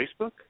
Facebook